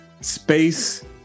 space